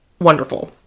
wonderful